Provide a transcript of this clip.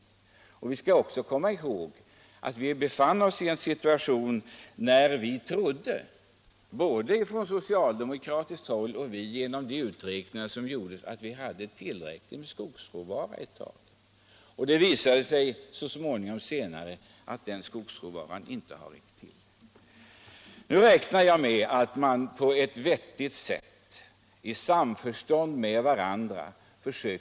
I det sammanhanget skall vi också komma ihåg att vi under en tid befann oss i en situation där vi genom de beräkningar som gjordes trodde — både från socialdemokratiskt och borgerligt håll — att vi hade tillräckligt med skogsråvara. Så småningom visade det sig att den skogsråvaran inte räckte till. Vad beträffar de problem vi har i dag räknar jag emellertid med att vi på ett vettigt sätt och i samförstånd skall försöka lösa dessa.